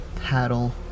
paddle